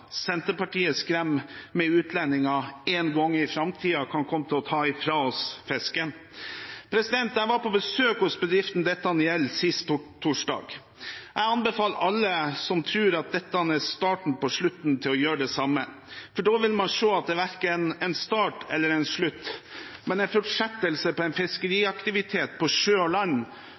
Senterpartiet skremmer med at utlendinger en gang i framtiden kan komme til å ta ifra oss fisken. Jeg var på besøk hos bedriften dette gjelder sist torsdag. Jeg anbefaler alle som tror at dette er starten på slutten, til å gjøre det samme, for da vil man se at det verken er en start eller en slutt, men en fortsettelse av en fiskeriaktivitet på sjø og land